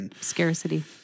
Scarcity